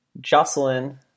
Jocelyn